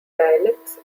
dialects